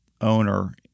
owner